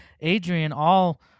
Adrian—all